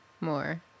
More